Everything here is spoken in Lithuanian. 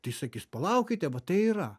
tai sakys palaukite vat tai yra